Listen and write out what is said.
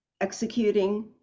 executing